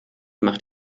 macht